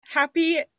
Happy